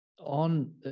on